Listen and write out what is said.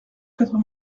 quatre